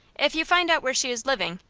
if you find out where she is living,